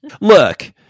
Look